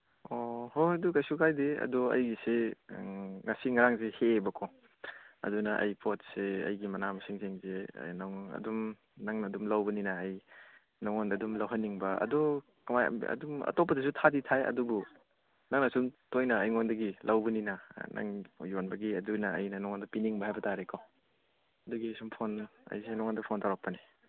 ꯑꯣ ꯍꯣꯏ ꯑꯗꯨ ꯀꯩꯁꯨ ꯀꯥꯏꯗꯦ ꯑꯗꯨ ꯑꯩꯁꯤ ꯉꯁꯤ ꯉꯔꯥꯡꯁꯦ ꯍꯦꯛꯑꯦꯕꯀꯣ ꯑꯗꯨꯅ ꯑꯩ ꯄꯣꯠꯁꯤ ꯑꯩꯒꯤ ꯃꯅꯥ ꯃꯁꯤꯡꯁꯤꯡꯁꯤ ꯑꯗꯨꯝ ꯅꯪꯅ ꯑꯗꯨꯝ ꯂꯧꯕꯅꯤꯅ ꯑꯩ ꯅꯪꯉꯣꯟꯗ ꯑꯗꯨꯝ ꯂꯧꯍꯟꯅꯤꯡꯕ ꯑꯗꯨ ꯀꯃꯥꯏꯅ ꯑꯗꯨꯝ ꯑꯇꯣꯞꯄꯗꯁꯨ ꯊꯥꯗꯤ ꯊꯥꯏ ꯑꯗꯨꯕꯨ ꯅꯪꯅ ꯁꯨꯝ ꯇꯣꯏꯅ ꯑꯩꯉꯣꯟꯗꯒꯤ ꯂꯧꯕꯅꯤꯅ ꯅꯪ ꯌꯣꯟꯕꯒꯤ ꯑꯗꯨꯅ ꯑꯩꯅ ꯅꯉꯣꯟꯗ ꯄꯤꯅꯤꯡꯕ ꯍꯥꯏꯕ ꯇꯥꯔꯦꯀꯣ ꯑꯗꯨꯒꯤ ꯁꯨꯝ ꯐꯣꯟ ꯑꯩꯁꯦ ꯅꯉꯣꯟꯗ ꯐꯣꯟ ꯇꯧꯔꯛꯄꯅꯦ